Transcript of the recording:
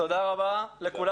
תודה רבה לכולם.